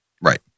Right